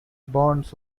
bonds